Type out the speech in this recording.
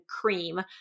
cream